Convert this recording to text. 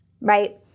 right